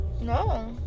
No